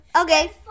Okay